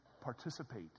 participate